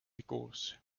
because